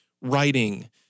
writing